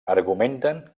argumenten